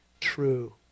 true